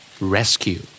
rescue